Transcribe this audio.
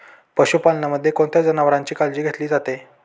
पशुपालनामध्ये कोणत्या जनावरांची काळजी घेतली जाते?